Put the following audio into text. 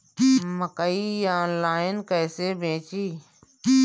मकई आनलाइन कइसे बेची?